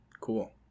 Cool